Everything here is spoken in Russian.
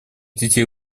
детей